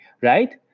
right